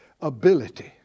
ability